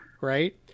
Right